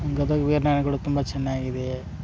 ಗದಗ ವೀರ್ನಾರಾಯಣ ಗುಡಿ ತುಂಬ ಚೆನ್ನಾಗಿದೆ